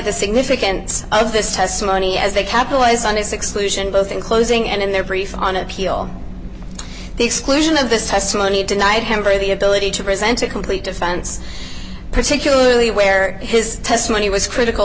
the significance of this testimony as they capitalize on his exclusion both in closing and in their brief on appeal the exclusion of this testimony denied him or the ability to present a complete defense particularly where his testimony was critical